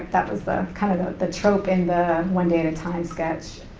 that was the, kinda the trope in the one day at a time sketch,